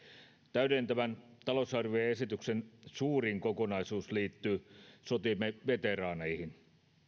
täydentävän talousarvioesityksen suurin kokonaisuus liittyy sotiemme veteraaneihin